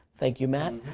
thank you matt,